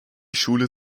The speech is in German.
schule